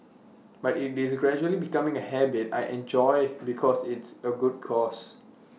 but it's gradually become A habit I enjoy because it's A good cause